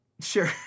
Sure